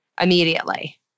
immediately